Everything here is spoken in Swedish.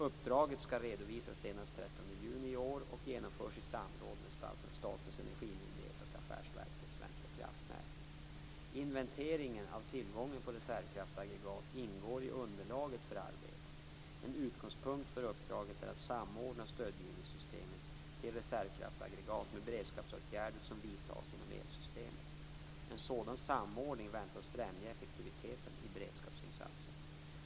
Uppdraget skall redovisas senast den 30 juni i år och genomförs i samråd med Statens energimyndighet och Inventeringen av tillgången på reservkraftaggregat ingår i underlaget för arbetet. En utgångspunkt för uppdraget är att samordna stödgivningen till reservkraftaggregat med beredskapsåtgärder som vidtas inom elsystemet. En sådan samordning väntas främja effektiviteten i beredskapsinsatserna.